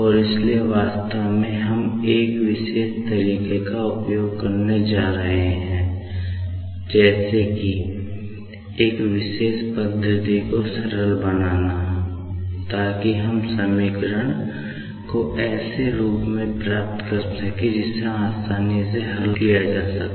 और इसीलिए वास्तव में हम एक विशेष तरिके का उपयोग करने जा रहे हैं जैसे की एक विशेष पद्धति को सरल बनाना ताकि हम समीकरण को ऐसे रूप में प्राप्त कर सकें जिसे आसानी से हल किया जा सके